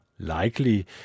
likely